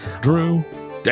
drew